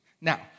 Now